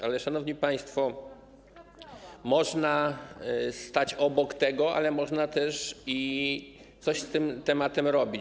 Ale, szanowni państwo, można stać obok tego, ale można też coś z tym tematem robić.